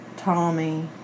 Tommy